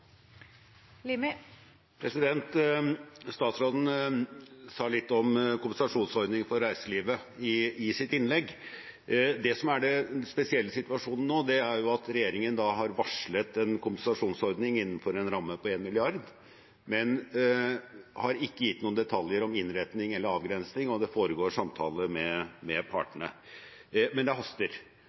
Statsråden sa i sitt innlegg litt om kompensasjonen til reiselivet. Det spesielle i situasjonen nå, er at regjeringen har varslet en kompensasjonsordning innenfor en ramme på 1 mrd. kr, men ikke gitt noen detaljer om innretning eller avgrensning. Det foregår samtaler med partene, men det haster.